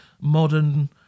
modern